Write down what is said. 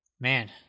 Man